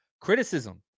Criticism